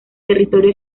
territorio